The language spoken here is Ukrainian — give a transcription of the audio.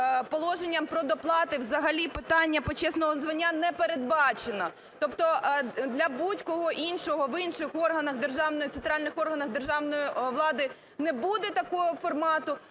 положенням про доплати взагалі питання почесного звання не передбачено. Тобто для будь-кого іншого в інших органах державної, центральних органах державної влади не буде такого формату,